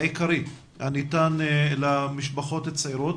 אחר הצוהריים טובים לכולם.